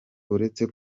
uretse